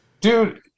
dude